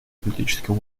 политической